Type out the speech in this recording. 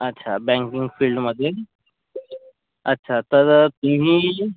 अच्छा बँकिंग फिल्डमध्ये अच्छा तर तुम्ही